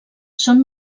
són